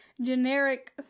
generic